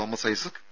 Thomas Isaac P